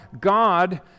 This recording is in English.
God